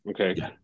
okay